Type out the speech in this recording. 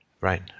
Right